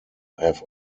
have